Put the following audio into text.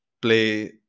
play